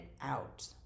out